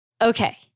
Okay